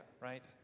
Right